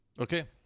Okay